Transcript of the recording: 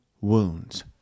wounds